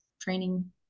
training